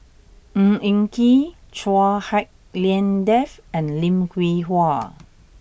Ng Eng Kee Chua Hak Lien Dave and Lim Hwee Hua